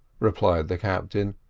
replied the captain,